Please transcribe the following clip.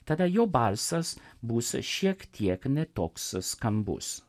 tada jo balsas bus šiek tiek ne toks skambus